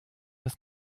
das